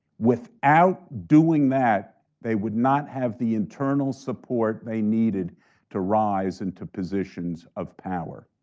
without doing that, they would not have the internal support they needed to rise into positions of power.